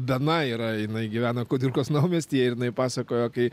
dana yra jinai gyvena kudirkos naumiestyje ir jinai pasakojo kai